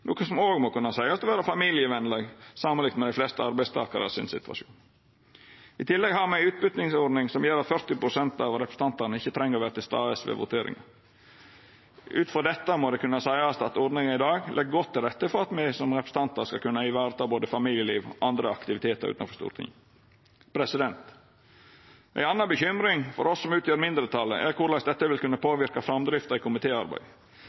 noko som òg må kunne seiast å vera familievenleg samanlikna med situasjonen til dei fleste arbeidstakarar. I tillegg har me ei utbytingsordning som gjer at 40 pst. av representantane ikkje treng å vera til stades ved voteringa. Ut frå dette må det kunne seiast at ordninga i dag legg godt til rette for at me som representantar skal kunna vareta både familieliv og andre aktivitetar utanfor Stortinget. Ei anna bekymring for oss som utgjer mindretalet, er korleis dette vil kunna påverka framdrifta i